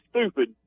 stupid